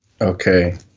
Okay